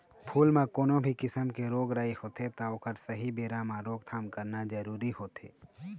फूल म कोनो भी किसम के रोग राई होगे त ओखर सहीं बेरा म रोकथाम करना जरूरी होथे